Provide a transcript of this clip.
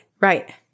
right